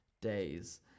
Days